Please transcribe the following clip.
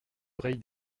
oreilles